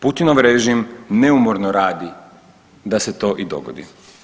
Putinovi režim neumorno radi da se to i dogodi.